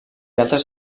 altres